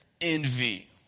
envy